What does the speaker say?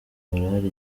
barahari